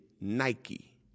Nike